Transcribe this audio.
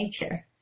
nature